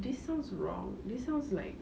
this sounds wrong this sounds like